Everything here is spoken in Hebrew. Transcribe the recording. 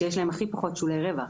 שיש להם הכי פחות שולי רווח.